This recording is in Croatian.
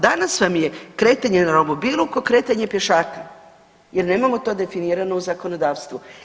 Danas vam je kretanje na romobilu kao kretanje pješaka jer nemamo to definirano u zakonodavstvu.